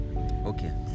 Okay